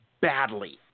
badly